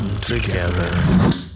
together